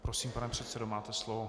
Prosím, pane předsedo, máte slovo.